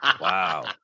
Wow